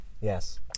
yes